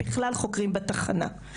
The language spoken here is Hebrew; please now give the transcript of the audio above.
בכלל חוקרים בתחנה.